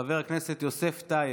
חבר הכנסת יוסף טייב,